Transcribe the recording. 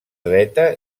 dreta